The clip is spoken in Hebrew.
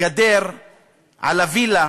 גדר על הווילה,